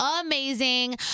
amazing